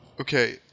Okay